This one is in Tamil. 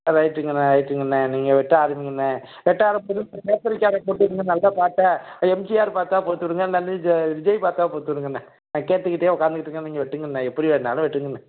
ஆ ரைட்டுங்கண்ணே ரைட்டுங்கண்ணே நீங்கள் வெட்ட ஆரம்பிங்கண்ணே வெட்ட ஆரம்பிக்கும் போது டேப்ரிகார்டரை போட்டு நல்ல பாட்டை எம்ஜிஆர் பாட்டாக போட்டு விடுங்க இல்லை தம்பி ஜ விஜய் பாட்டாக போட்டு விடுங்கண்ணே நான் கேட்டுக்கிட்டே உக்கார்ந்துட்டு இருக்கேன் நீங்கள் வெட்டுங்கண்ணே எப்படி வேண்ணாலும் வெட்டுங்கண்ணே